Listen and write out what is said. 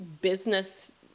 business